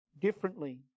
differently